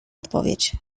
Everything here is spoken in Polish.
odpowiedź